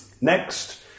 Next